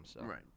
Right